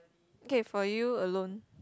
okay for you alone